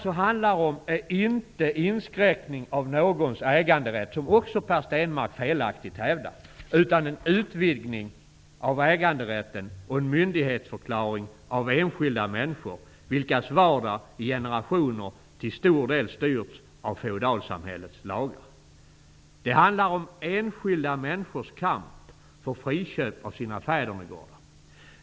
Det handlar inte om en inskränkning av någons äganderätt, vilket Per Stenmarck felaktigt hävdar, utan om en utvidgning av äganderätten och en myndighetsförklaring av enskilda människor, vilkas vardag i generationer till stor del styrts av feodalsamhällets lagar. Det handlar om enskilda människors kamp för friköp av sina fädernegårdar.